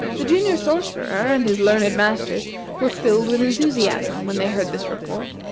the junior sorcerer and his learned masters were filled with enthusiasm when they heard this report,